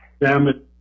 damage